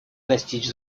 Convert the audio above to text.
достичь